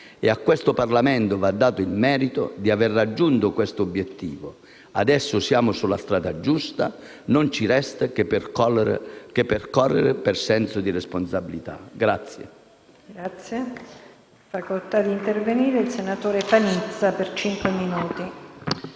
e a questo Parlamento va dato il merito di aver raggiunto questo obiettivo. Adesso siamo sulla strada giusta, non ci resta che percorrerla con senso di responsabilità.